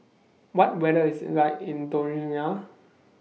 What weather IS The like in Dominica